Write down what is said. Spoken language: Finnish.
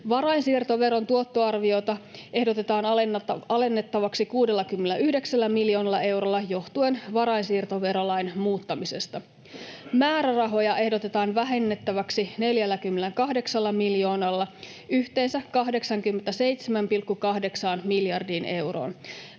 Varainsiirtoveron tuottoarviota ehdotetaan alennettavaksi 69 miljoonalla eurolla johtuen varainsiirtoverolain muuttamisesta. Määrärahoja ehdotetaan vähennettäväksi 48 miljoonalla, yhteensä 87,8 miljardiin euroon.